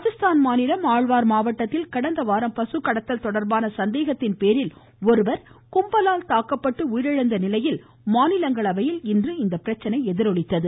ராஜஸ்தான் மாநிலம் ஆழ்வார் மாவட்டத்தில் கடந்த வாரம் பசு கடத்தல் தொடர்பான சந்தேகத்தின் பேரில் ஒருவர் கும்பலால் தாக்கப்பட்டு உயிரிழந்த நிலையில் மாநிலங்களவையில் இன்று இந்த பிரச்சினை எதிரொலித்தது